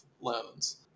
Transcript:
loans